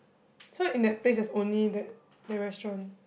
so in that place it's only that that restaurant